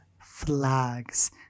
flags